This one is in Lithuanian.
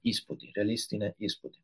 įspūdį realistinį įspūdį